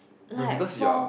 like for